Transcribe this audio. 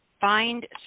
find